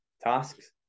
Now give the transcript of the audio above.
tasks